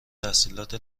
تحصیلات